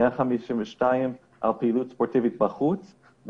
152 בפעילות ספורטיבית בחוץ,